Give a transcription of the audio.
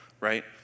right